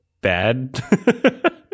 bad